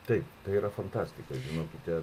taip tai yra fantastika žinokite